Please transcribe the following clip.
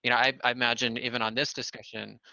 you know um i imagine even on this discussion,